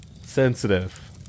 sensitive